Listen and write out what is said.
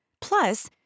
Plus